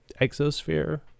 exosphere